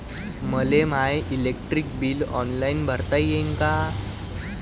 मले माय electric bill online भरता येईन का?